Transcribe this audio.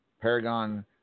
Paragon